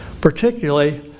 particularly